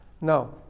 Now